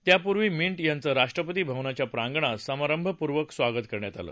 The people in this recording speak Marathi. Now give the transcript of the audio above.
त्यापूर्वी मिंट यांचं राष्ट्रपती भवनाच्या प्रांगणात समारंभपूर्वक स्वागत करण्यात आलं